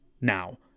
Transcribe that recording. now